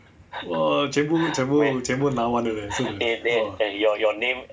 !wah! 全部全部全部拿完了 leh